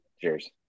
Cheers